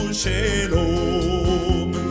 shalom